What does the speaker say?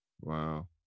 Wow